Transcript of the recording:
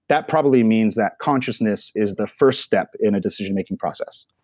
that probably means that consciousness is the first step in a decision making process,